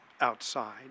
outside